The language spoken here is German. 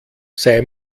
sei